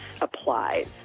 applies